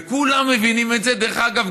כולם מבינים את זה, דרך אגב.